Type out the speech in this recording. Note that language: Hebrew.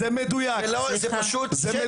זה פשוט שקר.